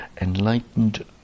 enlightened